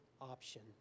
option